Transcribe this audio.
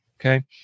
Okay